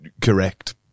Correct